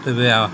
ତେବେ ଆଉ